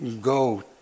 go